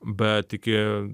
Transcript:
bet iki